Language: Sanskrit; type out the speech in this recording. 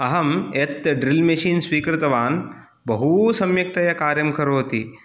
अहं यत् ड्रिल् मिशिन् स्वीकृतवान् बहू सम्यक्तया कार्यं करोति